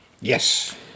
Yes